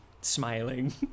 smiling